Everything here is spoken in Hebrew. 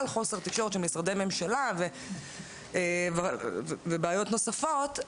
חוסר תקשורת של משרדי ממשלה ובעיות נוספות,